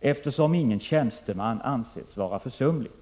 eftersom ingen tjänsteman anses ha varit försumlig.